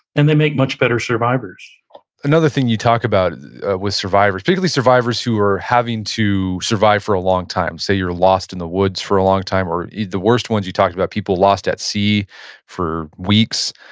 and they make much better survivors another thing you talk about with survivors, particularly survivors who are having to survive for a long time, say you're lost in the woods for a long time or the worst ones you talked about people lost at sea for weeks.